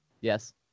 Yes